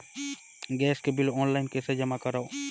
Gas के bill online कइसे जमा करव?